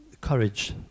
courage